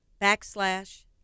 backslash